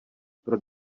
pro